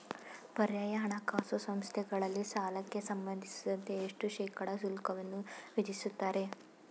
ಪರ್ಯಾಯ ಹಣಕಾಸು ಸಂಸ್ಥೆಗಳಲ್ಲಿ ಸಾಲಕ್ಕೆ ಸಂಬಂಧಿಸಿದಂತೆ ಎಷ್ಟು ಶೇಕಡಾ ಶುಲ್ಕವನ್ನು ವಿಧಿಸುತ್ತಾರೆ?